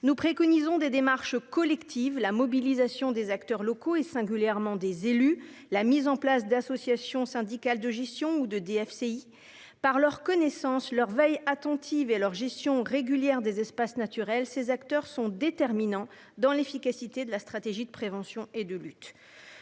nous préconisons des démarches collectives : mobilisation des acteurs locaux et singulièrement des élus, création d'associations syndicales de gestion ou de DFCI ... Par leur connaissance, leur veille attentive et leur gestion régulière des espaces naturels, ces acteurs sont déterminants dans l'efficacité de la stratégie de prévention et de lutte.